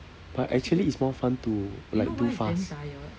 but actually it's more fun to like do fast